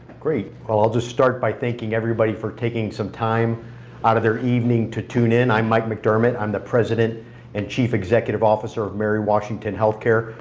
great, well i'll just start by thanking everybody for taking some time out of their evening to tune in. i'm mike mcdermott. i'm the president and chief executive officer of mary washington healthcare.